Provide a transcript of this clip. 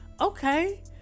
okay